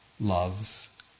loves